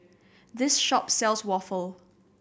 this shop sells waffle